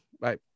Bye